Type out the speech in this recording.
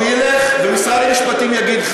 הוא ילך ומשרד המשפטים יגיד,